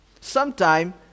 Sometime